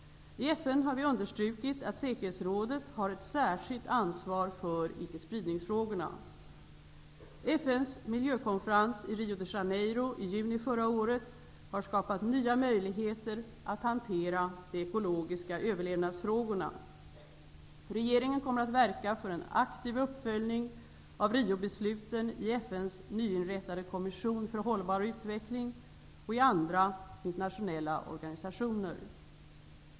I FN har vi understrukit att säkerhetsrådet har ett särskilt ansvar för ickespridningsfrågorna. FN:s miljökonferens i Rio de Janeiro i juni förra året har skapat nya möjligheter att hantera de ekologiska överlevnadsfrågorna. Regeringen kommer att verka för en aktiv uppföljning av Riobesluten i FN:s nyinrättade kommission för hållbar utveckling och i andra internationella organisationer.